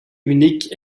unique